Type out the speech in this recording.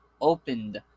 opened